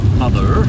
mother